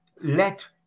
let